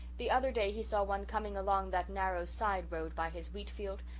the other day he saw one coming along that narrow side-road by his wheatfield,